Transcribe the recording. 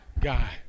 guy